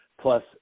plus